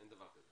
אין דבר כזה.